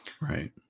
Right